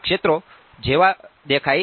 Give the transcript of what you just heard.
આ ક્ષેત્રો જેવો દેખાય છે